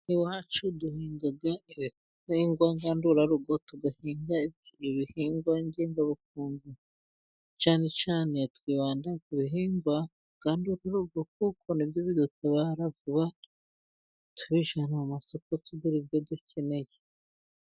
Iwacu duhinga ibihingwa ngandurarugo, tugahinga ibihingwa ngengabukungu, cyane cyane twibanda ku bihingwa ngandurarugo kuko nibyo bidutabara vuba, tubijyana mu masoko tugura ibyo dukeneye.